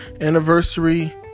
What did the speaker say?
Anniversary